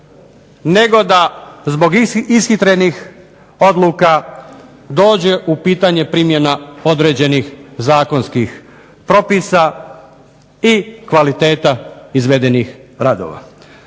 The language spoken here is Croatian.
nego da zbog ishitrenih odluka dođe u pitanje primjena određenih zakonskih propisa i kvaliteta izvedenih radova.